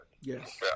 Yes